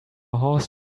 horse